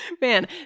Man